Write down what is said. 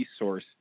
resource